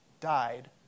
died